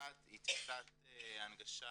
ות"ת היא תפיסת הנגשה